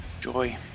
Joy